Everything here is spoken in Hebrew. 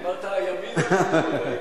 אמרת: הימין, הליכוד.